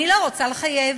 אני לא רוצה לחייב.